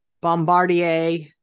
bombardier